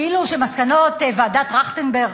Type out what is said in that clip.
כאילו שמסקנות ועדת-טרכטנברג,